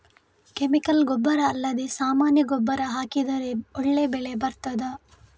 Chemical ಗೊಬ್ಬರ ಅಲ್ಲದೆ ಸಾಮಾನ್ಯ ಗೊಬ್ಬರ ಹಾಕಿದರೆ ಒಳ್ಳೆ ಬೆಳೆ ಬರ್ತದಾ?